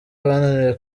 bananiwe